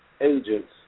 agents